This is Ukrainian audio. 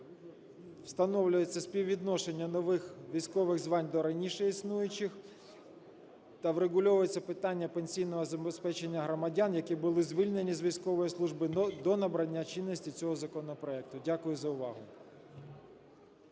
встановлюється співвідношення нових військових звань до раніше існуючих та врегульовується питання пенсійного забезпечення громадян, які були звільнені з військової служби до набрання чинності цього законопроекту. Дякую за увагу.